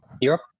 Europe